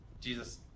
Jesus